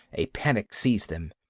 a panic seized them.